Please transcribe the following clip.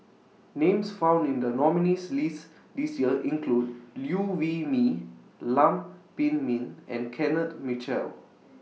Names found in The nominees' list This Year include Liew Wee Mee Lam Pin Min and Kenneth Mitchell